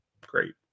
Great